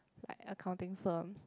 like accounting firms